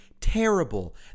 terrible